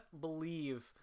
believe